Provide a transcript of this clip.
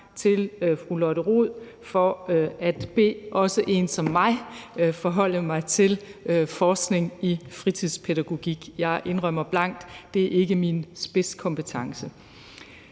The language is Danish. til fru Lotte Rod for at bede også en som mig forholde mig til forskning i fritidspædagogik. Jeg indrømmer blankt, at det ikke er min spidskompetence.